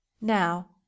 Now